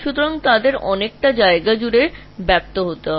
সুতরাং তাদের বিস্তৃত হতে হবে